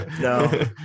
No